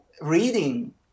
reading